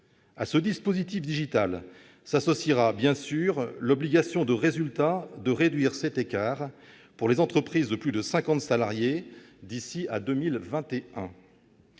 À ce dispositif digital s'associera bien sûr l'obligation de résultat dans la réduction de cet écart pour les entreprises de plus de 50 salariés d'ici à 2021.